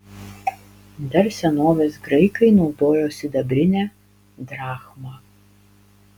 dar senovės graikai naudojo sidabrinę drachmą